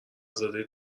زاده